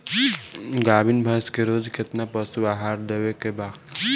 गाभीन भैंस के रोज कितना पशु आहार देवे के बा?